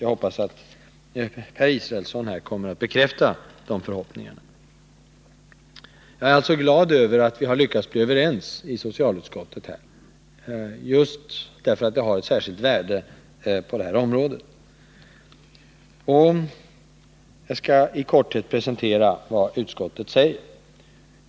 Jag hoppas att Per Israelsson i dag kommer att bekräfta att så är fallet. Jag är alltså glad över att vi inom socialutskottet har lyckats bli överens. Det är av särskilt värde just på det här området. Jag skall i korthet presentera utskottets betänkande.